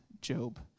Job